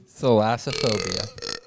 Thalassophobia